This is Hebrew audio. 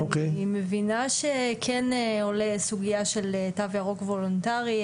אני מבינה שכן עולה סוגייה של תו ירוק וולונטרי,